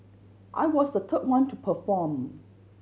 I was the third one to perform